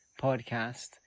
Podcast